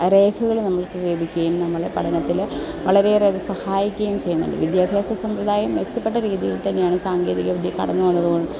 രേഖകൾ നമ്മൾക്ക് ലഭിക്കുകയും നമ്മളെ പഠനത്തിൽ വളരെയേറേ അത് സഹായിക്കുകയും ചെയ്യുന്നുണ്ട് വിദ്യാഭ്യാസ സമ്പ്രദായം മെച്ചപ്പെട്ട രീതിയിൽ തന്നെയാണ് സാങ്കേതികവിദ്യ കടന്നു വന്നതുകൊണ്ട്